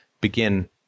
begin